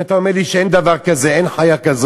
אם אתה אומר לי שאין דבר כזה, אין